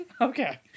Okay